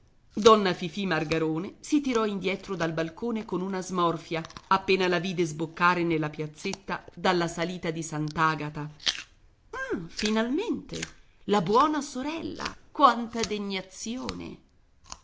e pallido donna fifì margarone si tirò indietro dal balcone con una smorfia appena la vide sboccare nella piazzetta dalla salita di sant'agata ah finalmente la buona sorella quanta degnazione